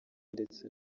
ndetse